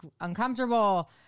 uncomfortable